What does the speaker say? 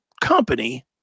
company